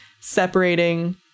separating